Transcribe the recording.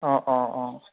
অঁ অঁ অঁ